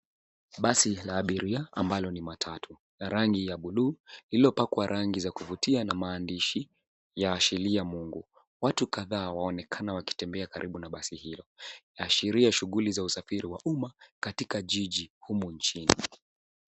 Basi la abiria ambalo ni matatu ina rangi ya bluu iliyopakwa rangi za kuvutia na maandishi ya asheria mungu. Watu kataa wanaonekana wakitembea karibu basi hilo kuashiria shughuli za usafari wa umma katika jiji humu nchini.